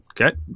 Okay